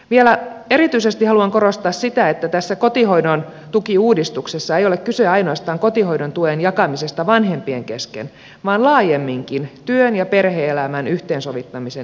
vielä erityisesti haluan korostaa sitä että tässä kotihoidon tukiuudistuksessa ei ole kyse ainoastaan kotihoidon tuen jakamisesta vanhempien kesken vaan laajemminkin työn ja perhe elämän yhteensovittamisen edistämisestä